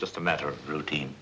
just a matter of routine